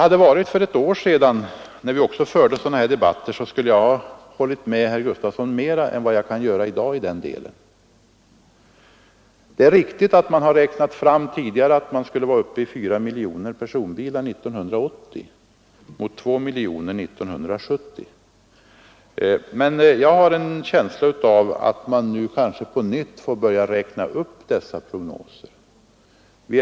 När vi för ett år sedan förde sådana här debatter skulle jag ha kunnat hålla med herr Gustafson mera i detta avseende än vad jag kan göra i dag. Det är riktigt att man tidigare har räknat fram att vi skulle vara uppe i 4 miljoner personbilar år 1980 mot 2 miljoner 1970, men jag har en känsla av att man kanske på nytt får börja räkna upp prognoserna.